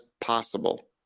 possible